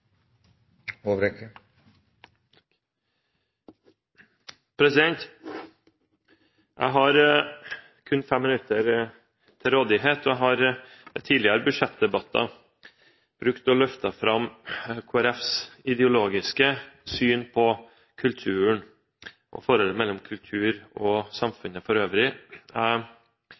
er omme. Jeg har kun 5 minutter til rådighet. Jeg har i tidligere budsjettdebatter pleid å løfte fram Kristelig Folkepartis ideologisk syn på kulturen og forholdet mellom kultur og samfunn for øvrig.